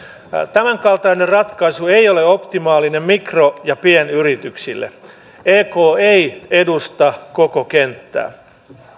tämänkaltainen ratkaisu ei ole optimaalinen mikro ja pienyrityksille ek ei edusta koko kenttää